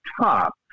top